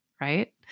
right